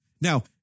Now